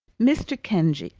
mr. kenge,